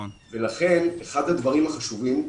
לכן אחד הדברים החשובים הוא